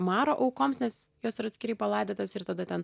maro aukoms nes jos yra atskirai palaidotos ir tada ten